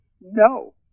no